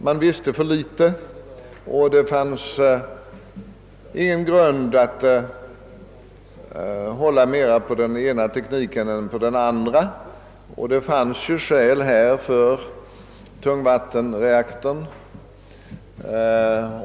Man visste för litet, och det fanns ingen grund för att hålla mer på den ena tekniken än på den andra, och det fanns vissa skäl som talade för tungvattenreaktorn.